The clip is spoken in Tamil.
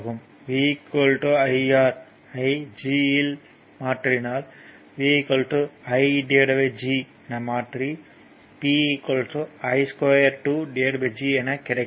V IR ஐ G இல் மாற்றினால் V IG என மாற்றி P I2G என கிடைக்கும்